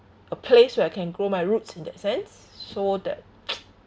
a place where I can grow my roots in that sense so that